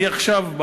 אני עכשיו,